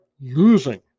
losing